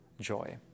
joy